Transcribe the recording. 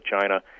china